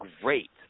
great